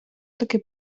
таки